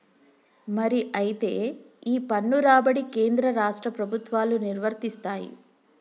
మరి అయితే ఈ పన్ను రాబడి కేంద్ర రాష్ట్ర ప్రభుత్వాలు నిర్వరిస్తాయి